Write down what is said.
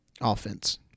offense